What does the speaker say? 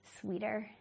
sweeter